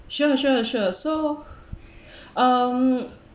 sure sure sure so um